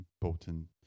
potent